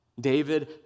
David